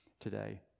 today